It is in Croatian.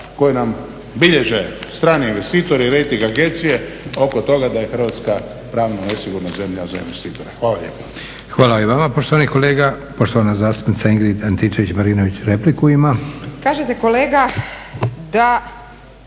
koje nam bilježe strani investitori i rejting agencije oko toga da je Hrvatska pravno nesigurna zemlja za investitore. Hvala lijepo. **Leko, Josip (SDP)** Hvala i vama poštovani kolega. Poštovana zastupnica Ingrid Antičević Marinović repliku ima. **Antičević